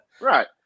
right